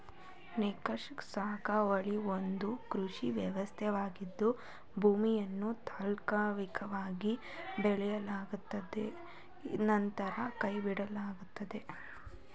shifting ಸಾಗುವಳಿಯು ಒಂದು ಕೃಷಿ ವ್ಯವಸ್ಥೆಯಾಗಿದ್ದು ಭೂಮಿಯನ್ನು ತಾತ್ಕಾಲಿಕವಾಗಿ ಬೆಳೆಸಲಾಗುತ್ತದೆ ನಂತರ ಕೈಬಿಡಲಾಗುತ್ತದೆ